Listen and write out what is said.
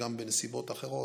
וגם בנסיבות אחרות,